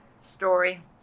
story